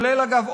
אגב,